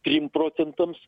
trim procentams